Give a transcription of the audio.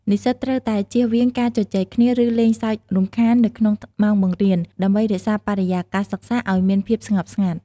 និស្សិតត្រូវតែ ជៀសវាងការជជែកគ្នា ឬលេងសើចរំខាន នៅក្នុងម៉ោងបង្រៀន ដើម្បីរក្សាបរិយាកាសសិក្សាឱ្យមានភាពស្ងប់ស្ងាត់។